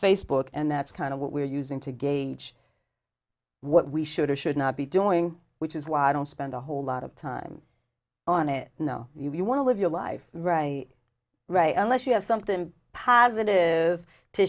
facebook and that's kind of what we're using to gauge what we should or should not be doing which is why i don't spend a whole lot of time on it no if you want to live your life right right unless you have something positive to